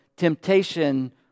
temptation